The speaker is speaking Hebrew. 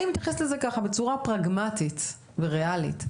אני מתייחסת לזה בצורה פרגמטית וריאלית,